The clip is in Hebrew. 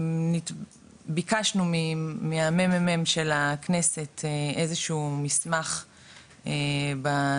ביקשנו מה-מ.מ.מ מרכז המחקר והמידע של הכנסת איזה שהוא מסמך בנושא.